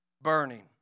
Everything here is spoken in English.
Burning